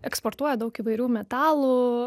eksportuoja daug įvairių metalų